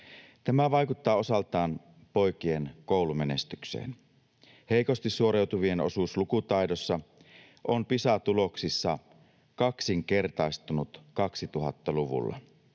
Tämä vaikuttaa osaltaan poikien koulumenestykseen. Heikosti suoriutuvien osuus lukutaidossa on Pisa-tuloksissa kaksinkertaistunut 2000-luvulla.